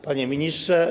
Panie Ministrze!